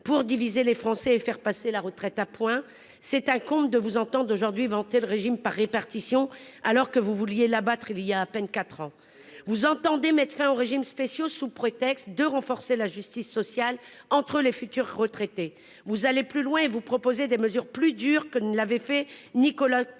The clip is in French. pour diviser les Français et faire passer la retraite par points. Monsieur le ministre, c'est un comble aujourd'hui de vous entendre vanter le régime par répartition, alors que vous vouliez l'abattre voilà à peine quatre ans. Vous entendez mettre fin aux régimes spéciaux sous prétexte de renforcer la justice sociale entre les futurs retraités. Vous allez plus loin et vous proposez des mesures plus dures que ne l'avait fait Nicolas Sarkozy